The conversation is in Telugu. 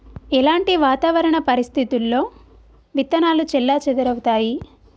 ఎలాంటి వాతావరణ పరిస్థితుల్లో విత్తనాలు చెల్లాచెదరవుతయీ?